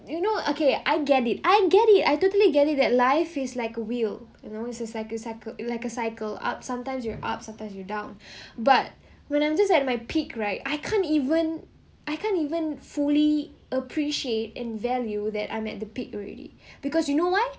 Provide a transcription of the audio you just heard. you know okay I get it I get it I totally get it that life is like a wheel you know it's a cycle cycle like a cycle up sometimes your up sometimes you down but when I'm just at my peak right I can't even I can't even fully appreciate and value that I'm at the peak already because you know why